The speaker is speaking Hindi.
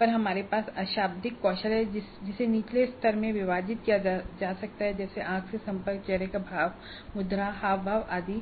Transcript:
पर हमारे पास अशाब्दिक कौशल है जिसे निचले स्तर में विभाजित किया जाता है जैसे आँख से संपर्क चेहरे का भाव मुद्रा हावभाव आदि